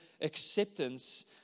acceptance